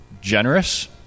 generous